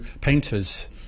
painters